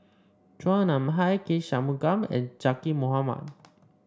Chua Nam Hai K Shanmugam and Zaqy Mohamad